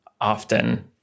often